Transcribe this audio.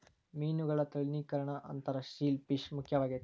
ಮೇನುಗಳ ತಳಿಕರಣಾ ಅಂತಾರ ಶೆಲ್ ಪಿಶ್ ಮುಖ್ಯವಾಗೆತಿ